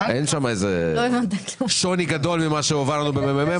ואין שם הבדל גדול ממה שהועבר לנו מהמ.מ.מ.